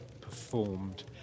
performed